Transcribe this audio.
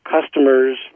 customers